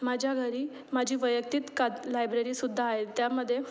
माझ्या घरी माझी वैयक्तिक कात लायब्ररीसुद्धा आहे त्यामध्ये